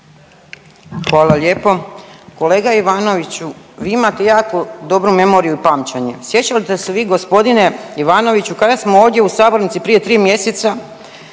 Hvala lijepo. Kolega Ivanoviću, vi imate jako dobru memoriju i pamćenje. Sjećate li se vi g. Ivanoviću kada smo ovdje u sabornici prije 3 mjeseca